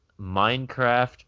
Minecraft